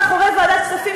מאחורי ועדת הכספים,